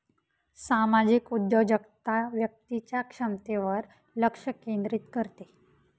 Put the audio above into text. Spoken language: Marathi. सामाजिक उद्योजकता व्यक्तीच्या क्षमतेवर लक्ष केंद्रित करते